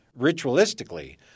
Ritualistically